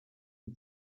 die